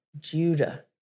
Judah